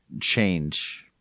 change